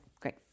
Great